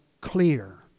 clear